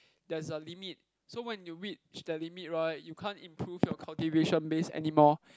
there's a limit so when you reach that limit right you can't improve your cultivation base anymore